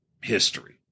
history